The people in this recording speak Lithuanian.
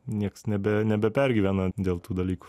niekas nebe nebepergyvena dėl tų dalykų